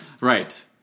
Right